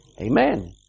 Amen